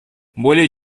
более